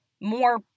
more